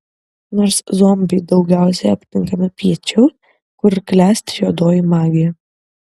nors zombiai daugiausiai aptinkami piečiau kur klesti juodoji magija